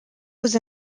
was